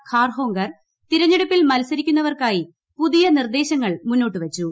ഖാർഹോങ്കർ തിരഞ്ഞെടുപ്പിൽ മത്സരിക്കുന്നവർക്കായി പുതിയ നിർദ്ദേശങ്ങൾ മുന്നോട്ടു വച്ചു